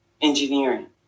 engineering